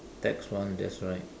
tax one that's right